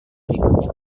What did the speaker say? berikutnya